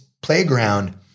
playground